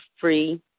free